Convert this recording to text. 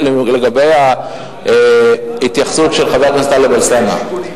לגבי ההתייחסות של חבר הכנסת טלב אלסאנע,